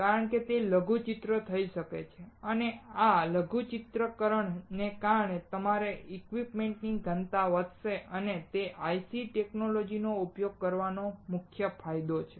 કારણ કે તે લઘુચિત્ર થઈ શકે છે અને આ લઘુચિત્રકરણને કારણે તમારી ઇક્વિપમેન્ટની ઘનતા વધશે અને તે IC ટેકનોલોજી નો ઉપયોગ કરવાનો મુખ્ય ફાયદો છે